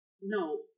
no